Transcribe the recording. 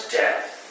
death